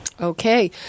Okay